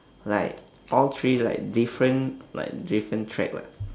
like all three like different like different track [what]